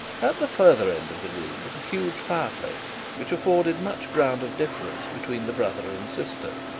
at the further end of the room was a huge fire-place, which afforded much ground of difference between the brother and sister.